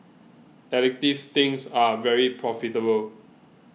addictive things are very profitable